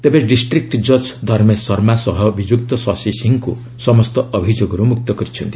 ତେବେ ଡିଷ୍ଟ୍ରିକ୍ ଜଜ୍ ଧର୍ମେଶ ଶର୍ମା ସହ ଅଭିଯ୍ରକ୍ତ ଶଶି ସିଂହଙ୍କ ସମସ୍ତ ଅଭିଯୋଗର୍ ମୁକ୍ତ କରିଛନ୍ତି